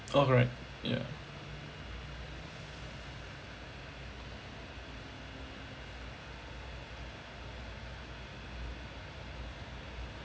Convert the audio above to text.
oh correct ya